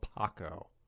Paco